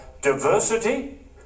diversity